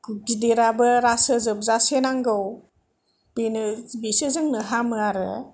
गिदिराबो रासो जोबजासे नांगौ बेनो बिसो जोंनो हामो आरो